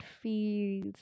feels